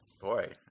Boy